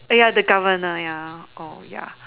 oh ya the governor ya oh ya